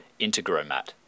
Integromat